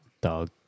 Dog